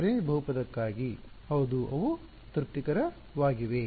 Lagrange ಬಹುಪದಕ್ಕಾಗಿ ಹೌದು ಅವು ತೃಪ್ತಿಕರವಾಗಿವೆ